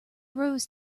rose